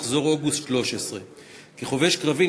מחזור אוגוסט 13'. כחובש קרבי,